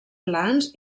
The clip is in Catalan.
plans